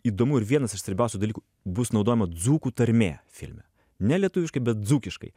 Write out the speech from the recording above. įdomu ir vienas iš svarbiausių dalykų bus naudojama dzūkų tarmė filme ne lietuviškai bet dzūkiškai